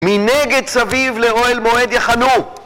מנגד סביב לרועל מועד יחנו!